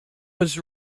was